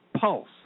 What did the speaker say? pulse